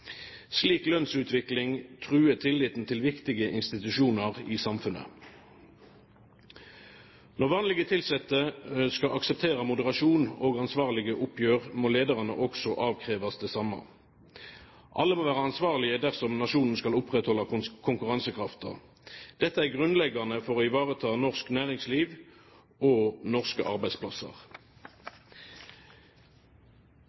Slik lønnsutvikling truer tilliten til viktige institusjoner i samfunnet. Når vanlige ansatte skal akseptere moderasjon og ansvarlige oppgjør, må lederne også avkreves det samme. Alle må være ansvarlige dersom nasjonen skal opprettholde konkurransekraften. Dette er grunnleggende for å ivareta norsk næringsliv og norske arbeidsplasser.